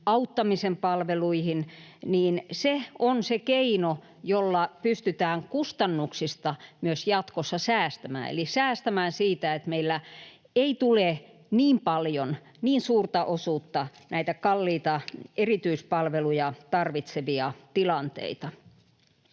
auttamisen palveluihin, on se keino, jolla pystytään kustannuksista myös jatkossa säästämään, eli säästämään siitä, että meillä ei tule niin paljon, niin suurta osuutta näitä kalliita erityispalveluja tarvitsevia tilanteita.